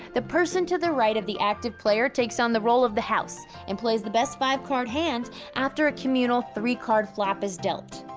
the person to the right of the active player takes on the role of the house, and plays the best five card hand after a communal three card flop is dealt.